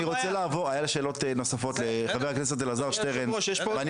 היו שאלות נוספות לחבר הכנסת אלעזר שטרן ואני